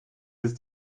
ist